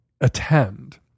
attend